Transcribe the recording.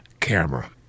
camera